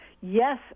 Yes